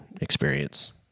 experience